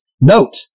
Note